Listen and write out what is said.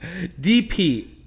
DP